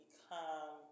become